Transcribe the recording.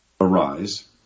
Arise